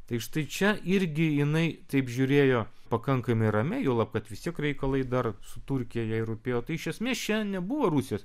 tai štai čia irgi jinai taip žiūrėjo pakankamai ramiai juolab kad vis tiek reikalai dar su turkija jai rūpėjo tai iš esmės čia nebuvo rusijos